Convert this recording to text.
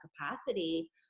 capacity